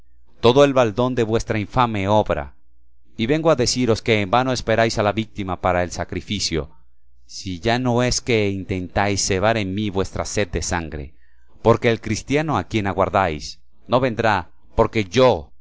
todo el baldón de vuestra infame obra y vengo a deciros que en vano esperáis la víctima para el sacrificio si ya no es que intentáis cebar en mí vuestra sed de sangre porque el cristiano a quien aguardáis no vendrá porque yo